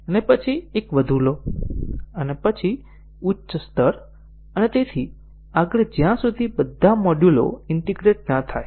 અને પછી એક વધુ લો અને પછી ઉચ્ચ સ્તર અને તેથી આગળ જ્યાં સુધી બધા મોડ્યુલો ઈન્ટીગ્રેટ ન થાય